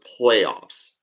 playoffs